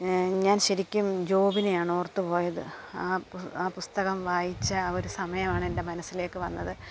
ഞാൻ ശരിക്കും ജോബിനെയാണ് ഓർത്തുപോയത് അപ്പോൾ ആ പുസ്തകം വായിച്ച ആ ഒരു സമയമാണ് എൻ്റെ മനസ്സിലേക്ക് വന്നത്